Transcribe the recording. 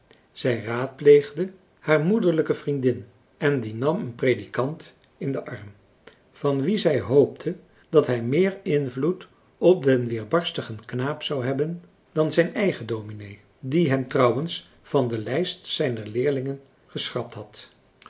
zij raadpleegde haar moederlijke vriendin en die nam een predikant in den arm van wien zij hoopte dat hij meer invloed op den weerbarstigen knaap zou hebben dan zijn eigen dominee die hem trouwens van de lijst zijner leerlingen geschrapt had